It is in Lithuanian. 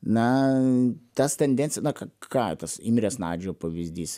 na tas tendencija na ką ką tas imrės nadžio pavyzdys